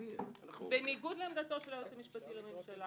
בניגוד לעמדתו של היועץ המשפטי לממשלה.